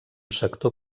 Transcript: sector